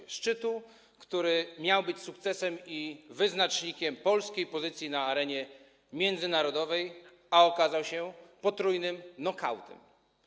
Ten szczyt miał być sukcesem i wyznacznikiem polskiej pozycji na arenie międzynarodowej, a okazał się potrójnym nokautem.